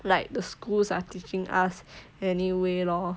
like the schools are teaching us anyway lor